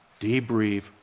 debrief